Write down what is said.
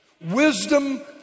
Wisdom